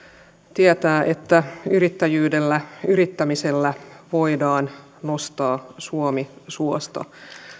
tietää että yrittäjyydellä yrittämisellä voidaan nostaa suomi suosta